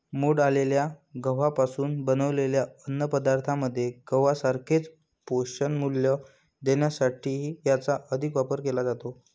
मोड आलेल्या गव्हापासून बनवलेल्या अन्नपदार्थांमध्ये गव्हासारखेच पोषणमूल्य देण्यासाठीही याचा अधिक वापर केला जातो